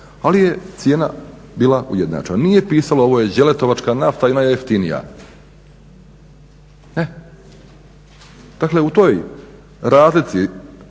ali je cijena bila ujednačena. Nije pisalo ova je đeletovačka nafta najjeftinija. Dakle u toj razlici